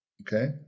okay